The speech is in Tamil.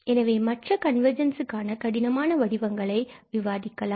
எனவே மற்ற கன்வர்ஜென்ஸ் க்கான கடினமான வடிவங்களை விவாதிக்கலாம்